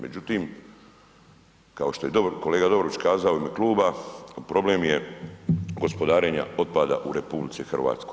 Međutim, kao što je kolega Dobrović kazao u ime kluba, problem je gospodarenja otpada u RH.